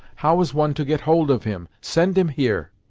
how is one to get hold of him? send him here.